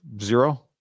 zero